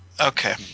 Okay